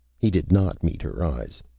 he did not meet her eyes.